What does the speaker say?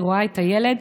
היא רואה את הילד,